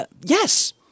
Yes